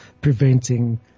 preventing